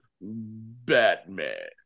Batman